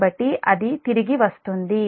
కాబట్టి అది తిరిగి వస్తుంది